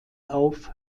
auf